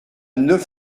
neuf